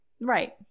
Right